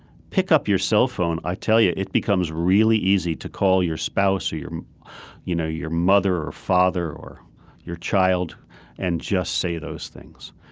pick up your cellphone. i'll tell you, it becomes really easy to call your spouse or your you know your mother or father or your child and just say those things.